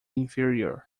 inferior